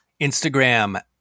Instagram